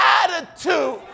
attitude